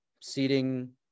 seating